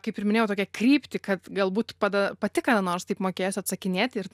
kaip ir minėjau tokią kryptį kad galbūt tada pati kada nors taip mokėsiu atsakinėti ir